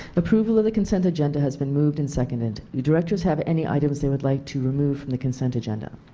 approval of the consent agenda has been moved and seconded. do the directors have any items they would like to remove from the consent agenda?